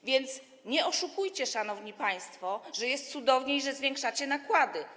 A więc nie oszukujcie, szanowni państwo, mówiąc, że jest cudownie i że zwiększacie nakłady.